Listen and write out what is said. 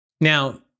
Now